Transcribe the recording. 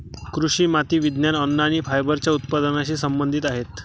कृषी माती विज्ञान, अन्न आणि फायबरच्या उत्पादनाशी संबंधित आहेत